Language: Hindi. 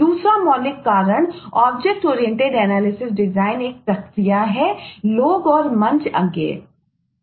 दूसरा मौलिक कारण OOAD एक प्रक्रिया है लोग और मंच अज्ञेय